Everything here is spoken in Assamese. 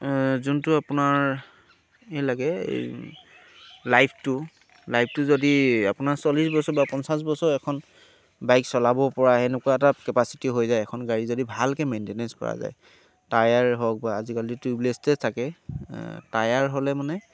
যোনটো আপোনাৰ এই লাগে লাইফটো লাইফটো যদি আপোনাৰ চল্লিছ বছৰ বা পঞ্চাছ বছৰ এখন বাইক চলাব পৰা এনেকুৱা এটা কেপাচিটি হৈ যায় এখন গাড়ী যদি ভালকৈ মেইনটেনেন্স কৰা যায় টায়াৰ হওক বা আজিকালি টিউবলেচে থাকে টায়াৰ হ'লে মানে